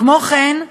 כמו כן,